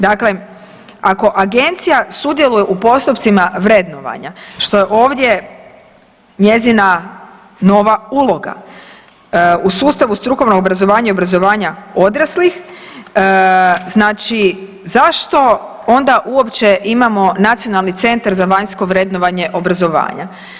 Dakle, ako Agencija sudjeluje u postupcima vrednovanja što je ovdje njezina nova uloga u sustavu strukovnog obrazovanja i obrazovanja odraslih znači zašto onda uopće imamo Nacionalni centar za vanjsko vrednovanje obrazovanja?